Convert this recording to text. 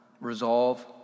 resolve